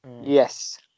Yes